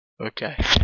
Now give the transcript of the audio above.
Okay